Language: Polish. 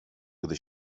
gdy